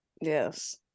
yes